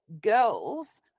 girls